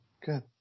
Good